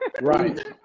Right